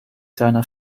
seiner